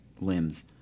limbs